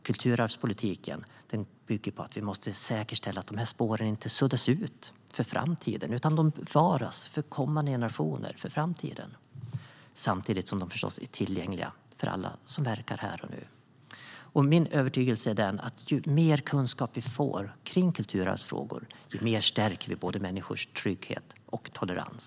Kulturarvspolitiken bygger på att vi måste säkerställa att spåren inte suddas ut för framtiden utan bevaras för kommande generationer - samtidigt som de är tillgängliga för alla som verkar här och nu. Min övertygelse är den att ju mer kunskap vi får om kulturarvsfrågor, desto mer stärker vi både människors trygghet och tolerans.